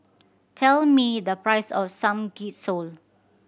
tell me the price of Samgyeopsal